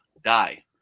die